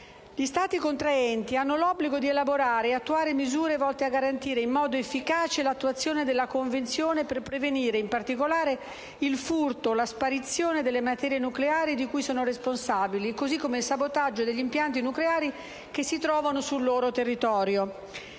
Gli Stati contraenti hanno l'obbligo di elaborare e attuare misure volte a garantire in modo efficace l'attuazione della Convenzione per prevenire, in particolare, il furto o la sparizione delle materie nucleari di cui sono responsabili, così come il sabotaggio degli impianti nucleari che si trovano sul loro territorio.